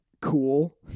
cool